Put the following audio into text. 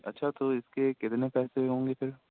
اچھا تو اس کے کتنے پیسے ہوں گے پھر